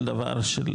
השביעי.